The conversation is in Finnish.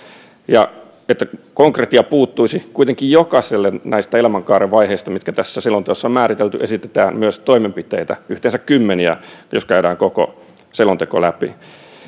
ja toiseksi arvosteltiin että konkretia puuttuisi kuitenkin jokaiselle näistä elämänkaaren vaiheista mitkä tässä selonteossa on määritelty esitetään myös toimenpiteitä yhteensä kymmeniä jos käydään koko selonteko läpi tässä on